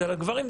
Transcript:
אצל הגברים,